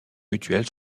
mutuelles